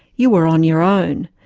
you were on your own,